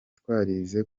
twarize